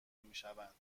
میشوند